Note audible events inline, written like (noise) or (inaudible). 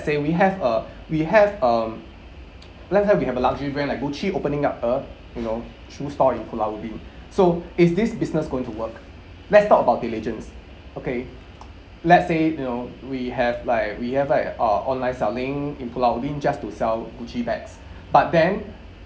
say we have a we have um (noise) let have we have a luxury brand like Gucci opening up a you know shoe store in pulau ubin so is this business going to work let's talk about diligence okay let's say you know we have like we have like uh online selling in pulau ubin just to sell Gucci bags but then